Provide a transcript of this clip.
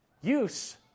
use